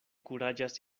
kuraĝas